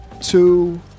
two